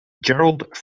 gerald